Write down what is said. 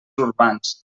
urbans